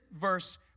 verse